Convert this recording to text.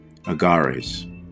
Agares